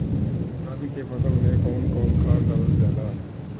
रागी के फसल मे कउन कउन खाद डालल जाला?